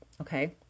okay